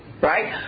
Right